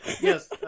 Yes